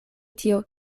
tio